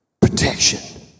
protection